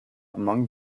among